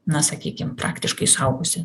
na sakykim praktiškai suaugusį